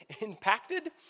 impacted